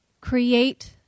create